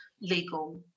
legal